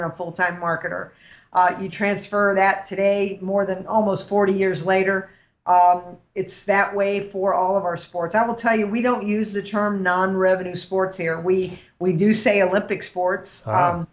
and full time marketer you transfer that today more than almost forty years later it's that way for all of our sports out and tell you we don't use the term non revenue sports here we we do say olympic sports